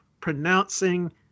pronouncing